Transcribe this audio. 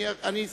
אני אסתדר.